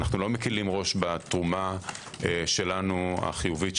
אנו לא מקלים ראש בתרומה שלנו החיובית,